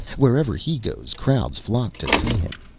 wherever he goes, crowds flock to see him.